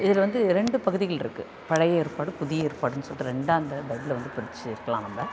இதில் வந்து இரண்டு பகுதிகள் இருக்கு பழைய ஏற்பாடு புதிய ஏற்பாடுன்னு சொல்லிட்டு ரெண்டாக அந்த அந்த இதில் வந்து படிச்சுக்கலாம் நம்ப